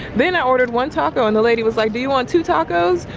then i ordered one taco and the lady was like, do you want two tacos?